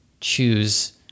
choose